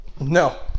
No